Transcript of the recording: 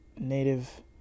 native